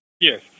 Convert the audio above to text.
Yes